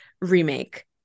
remake